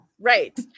right